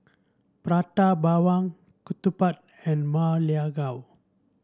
Prata Bawang ketupat and Ma Lai Gao